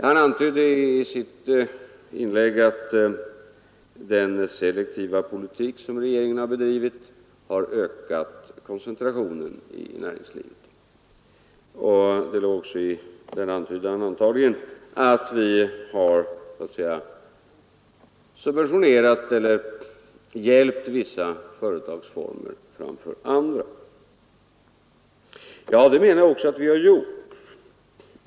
Han antyder i sitt inlägg att den selektiva politik som regeringen har bedrivit har ökat koncentrationen i näringslivet. Det låg antagligen också i detta en antydan att vi har subventionerat eller hjälpt vissa företagsformer framför andra. Det menar jag också att vi har gjort.